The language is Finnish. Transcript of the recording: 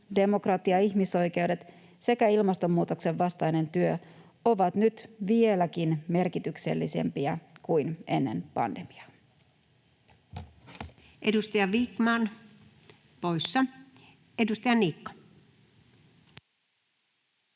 demokratia, ihmisoikeudet sekä ilmastonmuutoksen vastainen työ ovat nyt vieläkin merkityksellisempiä kuin ennen pandemiaa. [Speech 102] Speaker: Anu Vehviläinen